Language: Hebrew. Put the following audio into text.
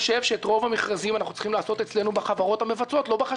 אנחנו צריכים לפצח את האתגר